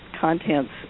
contents